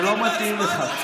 זה לא מתאים לך.